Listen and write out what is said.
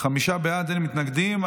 חמישה בעד, אין מתנגדים.